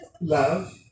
love